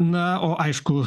na o aišku